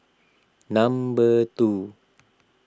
number two